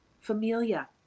familia